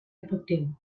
efectiu